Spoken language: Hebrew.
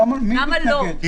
למה לא קלפי ניידת?